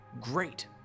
great